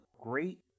great